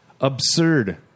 Absurd